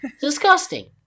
Disgusting